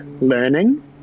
learning